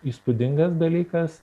įspūdingas dalykas